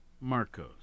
Marcos